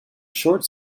short